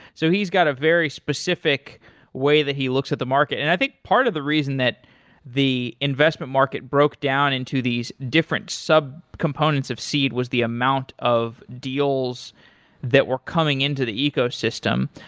so he's got a very specific way that he looks at the market, and i think part of the reason that the investment market broke down into these different subcomponents of seed was the amount of deals that were coming in to the ecosystem.